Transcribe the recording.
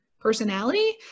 personality